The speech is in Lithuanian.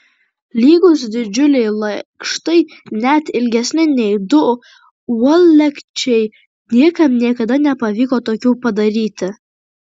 lygūs didžiuliai lakštai net ilgesni nei du uolekčiai niekam niekada nepavyko tokių padaryti